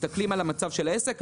מסתכלים על המצב של העסק.